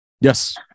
yes